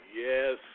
Yes